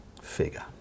figure